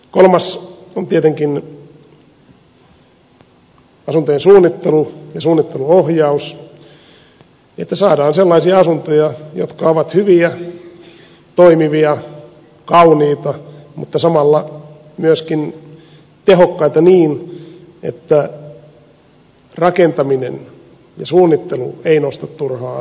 kolmas on tietenkin asuntojen suunnittelu ja suunnitteluohjaus että saadaan sellaisia asuntoja jotka ovat hyviä toimivia kauniita mutta samalla myöskin tehokkaita niin että rakentaminen ja suunnittelu eivät nosta turhaan asumisen hintaa